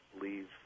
leave